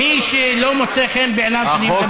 מי שלא מוצא חן בעיניו שאני מדבר,